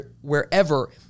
wherever